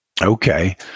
Okay